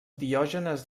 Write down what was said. diògenes